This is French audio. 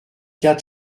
quatre